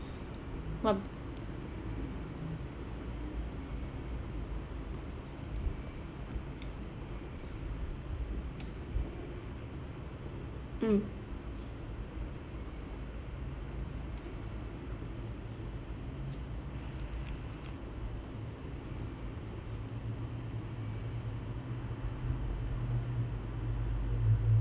what mm